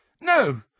No